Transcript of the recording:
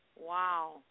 Wow